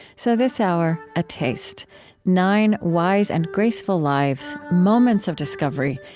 so this hour, a taste nine wise and graceful lives, moments of discovery,